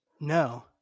No